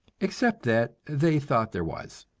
except that they thought there was.